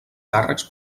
càrrecs